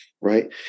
right